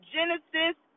Genesis